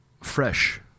fresh